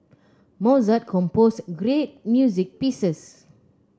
Mozart composed great music pieces